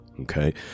okay